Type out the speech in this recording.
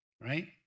right